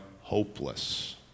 hopeless